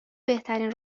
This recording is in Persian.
بهترین